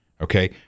okay